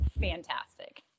fantastic